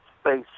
space